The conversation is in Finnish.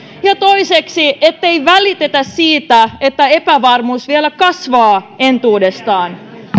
ja ja toiseksi ettei välitetä siitä että epävarmuus vielä kasvaa entuudestaan